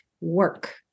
work